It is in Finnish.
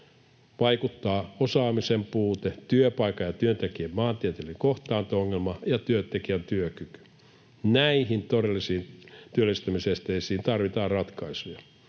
vaikuttavat osaamisen puute, työpaikan ja työntekijän maantieteellinen kohtaanto-ongelma ja työntekijän työkyky. Näihin todellisiin työllistymisen esteisiin tarvitaan ratkaisuja.